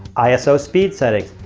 iso speed settings.